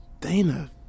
Dana